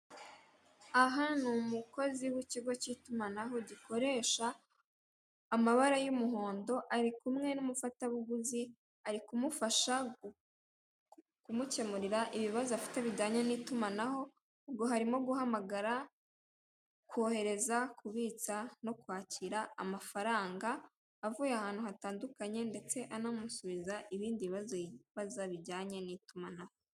Aha ni umukozi w'ikigo k'itumanaho, gikoresha amabara y'umuhondo, Ari kumwe n'umufatabuguzi, Ari kumufasha kumukemurira ibibazo bijyanye n'itumanaho, ubwo harimo guhamagara, kohereza, kubitsa no kwakira amafaranga avuye ahantu hatandukanye ndetse anamusubiza ibindi bibazo yibaza bijyanye n'itumanaho.